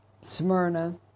Smyrna